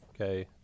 okay